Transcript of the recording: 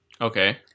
Okay